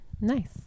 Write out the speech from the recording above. Nice